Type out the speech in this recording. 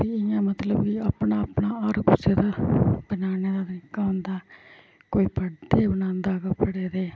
ते जियां मतलब कि अपना अपना हर कुसै दा बनाने दा तरीका होंदा कोई पर्दे बनांदा कपड़े दे